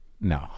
No